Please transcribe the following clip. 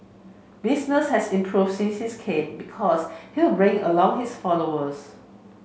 business has improved since he came because he'll bring along his followers